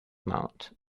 mount